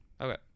Okay